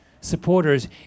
supporters